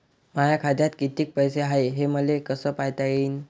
माया खात्यात कितीक पैसे हाय, हे मले कस पायता येईन?